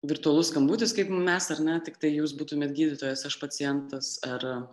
virtualus skambutis kaip mes ar ne tiktai jūs būtumėt gydytojas aš pacientas ar